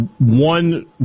one